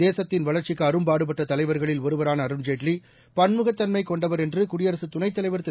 தேசத்தின் வளர்ச்சிக்குஅரும்பாடுபட்டதலைவர்களில் ஒருவரானஅருண்ஜேட்லி பன்முகத்தன்மைகொண்டவர் என்றுகுடியரசுத் துணைத் தலைவர் திரு